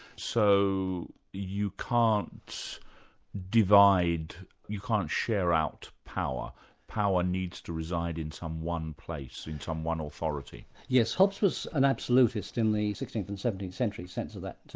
so you can't divide, you can't share out power. power needs to reside in some one place, in some one authority. yes. hobbes was an absolutist in the sixteenth and seventeenth century sense of that,